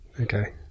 Okay